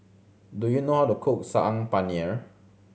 do you know how to cook Saag Paneer